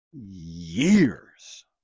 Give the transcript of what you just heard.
years